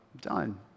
done